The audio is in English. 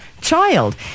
child